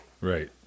Right